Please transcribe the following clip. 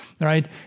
right